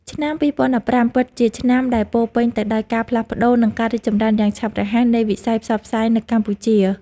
ឆ្នាំ ២០១៥ ពិតជាឆ្នាំដែលពោរពេញទៅដោយការផ្លាស់ប្តូរ និងការរីកចម្រើនយ៉ាងឆាប់រហ័សនៃវិស័យផ្សព្វផ្សាយនៅកម្ពុជា។